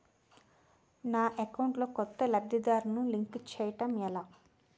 నా అకౌంట్ లో కొత్త లబ్ధిదారులను లింక్ చేయటం ఎలా?